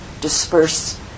disperse